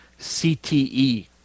CTE